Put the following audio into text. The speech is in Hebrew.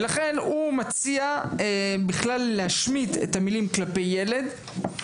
לכן הוא מציע להשמיט את המילים "כלפי ילד".